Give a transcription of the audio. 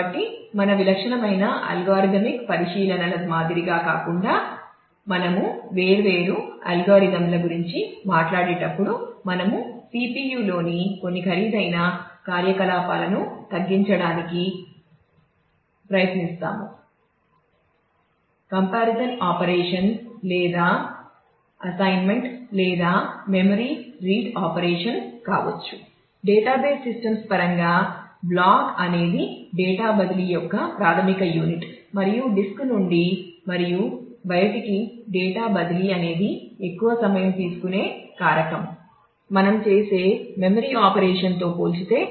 కాబట్టి మన విలక్షణమైన అల్గోరిథమిక్తో పోల్చితే చాలా ఎక్కువ సమయం పడుతుంది